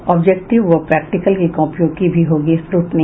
objective व practical की कॉपियों की भी होगी स्क्रूटनी